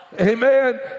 Amen